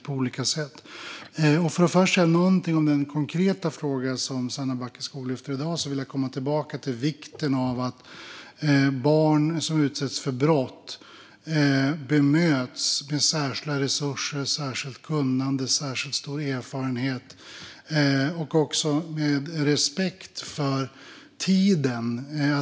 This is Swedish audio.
Låt mig säga något om den konkreta fråga som Sanna Backeskog har lyft upp i dag. Jag kommer tillbaka till vikten av att barn som utsätts för brott ska bemötas med särskilda resurser, särskilt kunnande, särskilt stor erfarenhet och med respekt för tiden.